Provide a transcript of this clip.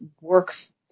works